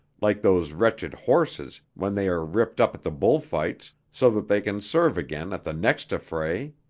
like those wretched horses when they are ripped up at the bullfights, so that they can serve again at the next affray.